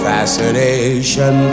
Fascination